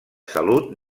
salut